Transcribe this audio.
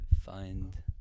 Find